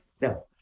no